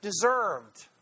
deserved